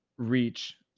reach,